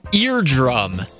eardrum